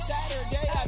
Saturday